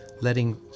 letting